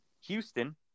Houston